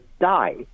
die